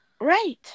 Right